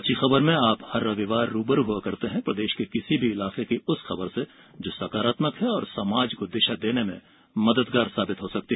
अच्छी खबर में आप हर रविवार रू ब रू होते हैं प्रदेश के किसी भी इलाके की उस खबर से जो सकारात्मक है और समाज को दिशा देने में मददगार हो सकती है